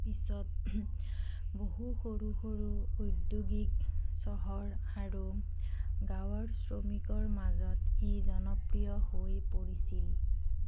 পিছত বহু সৰু সৰু ঔদ্যোগিক চহৰ আৰু গাঁৱৰ শ্ৰমিকৰ মাজত ই জনপ্ৰিয় হৈ পৰিছিল